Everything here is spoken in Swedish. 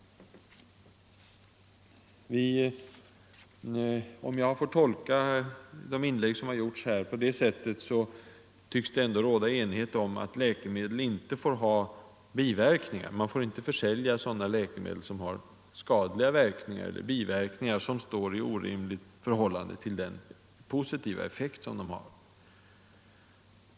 Om jag får tolka de inlägg som har gjorts här, så tycks det ändå råda enighet om att man inte får försälja sådana läkemedel som har skadliga verkningar eller biverkningar som står i orimligt förhållande till den positiva effekten.